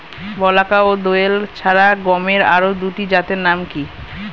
বলাকা ও দোয়েল ছাড়া গমের আরো দুটি জাতের নাম কি?